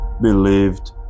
believed